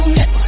no